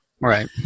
Right